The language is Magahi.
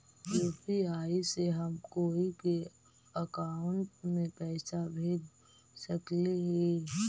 यु.पी.आई से हम कोई के अकाउंट में पैसा भेज सकली ही?